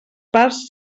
parts